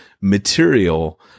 material